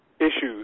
issues